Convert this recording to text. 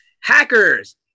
Hackers